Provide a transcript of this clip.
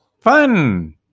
Fun